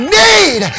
need